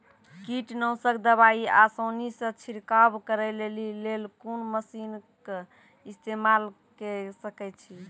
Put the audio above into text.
कीटनासक दवाई आसानीसॅ छिड़काव करै लेली लेल कून मसीनऽक इस्तेमाल के सकै छी?